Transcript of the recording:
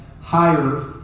higher